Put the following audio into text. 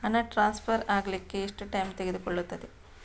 ಹಣ ಟ್ರಾನ್ಸ್ಫರ್ ಅಗ್ಲಿಕ್ಕೆ ಎಷ್ಟು ಟೈಮ್ ತೆಗೆದುಕೊಳ್ಳುತ್ತದೆ?